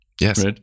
Yes